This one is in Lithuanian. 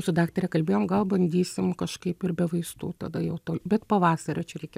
su daktare kalbėjom gal bandysim kažkaip ir be vaistų tada jau to bet pavasario čia reikia